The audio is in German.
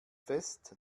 fest